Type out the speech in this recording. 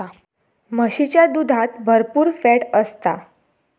म्हशीच्या दुधात भरपुर फॅट असता